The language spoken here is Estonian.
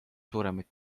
suuremaid